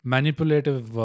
Manipulative